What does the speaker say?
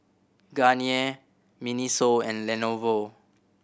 Garnier MINISO and Lenovo